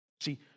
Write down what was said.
See